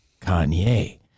Kanye